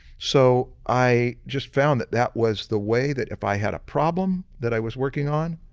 so, i just found that, that was the way that if i had a problem that i was working on,